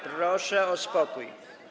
Proszę o spokój.